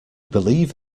believe